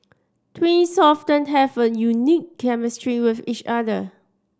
twins often have a unique chemistry with each other